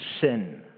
sin